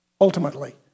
ultimately